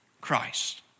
Christ